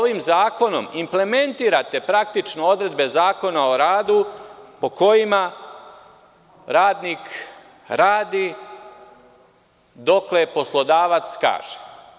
Vi ovim zakonom implementirati praktično odredbe Zakona o radu, po kojima radnik radi dokle poslodavac kaže.